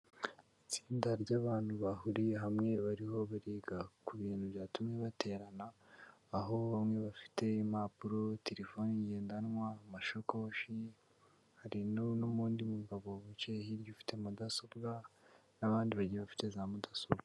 Itsinda ry'abantu bahuriye hamwe bariho bariga ku bintu byatumye baterana, aho bamwe bafite impapuro, telefone ngendanwa, amashakoshi, hari n'umundi mugabo wicaye hirya ufite mudasobwa n'abandi bagenzi bafite za mudasobwa.